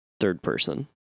third-person